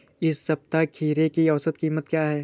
इस सप्ताह खीरे की औसत कीमत क्या है?